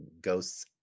Ghost's